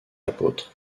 apôtres